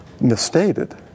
misstated